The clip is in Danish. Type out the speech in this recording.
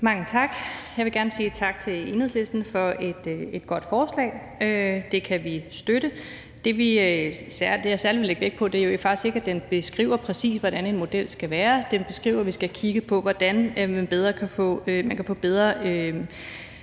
Mange tak. Jeg vil gerne sige tak til Enhedslisten for et godt forslag. Det kan vi støtte. Det, jeg særlig vil lægge vægt på, er faktisk ikke, at det præcis beskriver, hvordan en model skal være, men beskriver, at vi skal kigge på, hvordan man kan få bedre